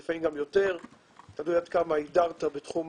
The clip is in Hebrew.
וגם כמובן מתקנים אירופאיים שנכנסים עכשיו חזק מאוד לשוק,